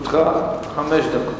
לרשותך חמש דקות.